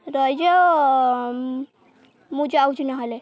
ରହିଯାଅ ମୁଁ ଯାଉଛି ନହେଲେ